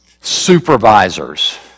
supervisors